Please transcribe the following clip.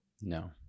No